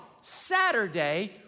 Saturday